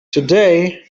today